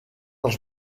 dels